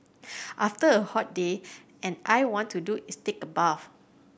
after a hot day and I want to do is take bath